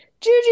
Juju